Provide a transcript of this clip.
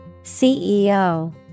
CEO